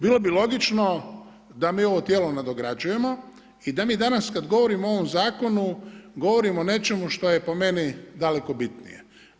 Bilo bi logično da mi ovo tijelo nadograđujemo i da mi danas kad govorimo o ovom zakonu govorimo o nečemu što je po meni daleko bitnije.